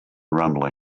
rumbling